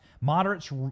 moderates